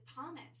Thomas